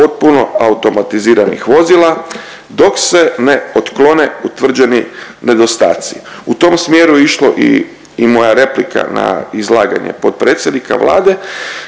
potpuno automatiziranih vozila dok se ne otklone utvrđeni nedostaci. U tom smjeru je išlo i moja replika na izlaganje potpredsjednika Vlade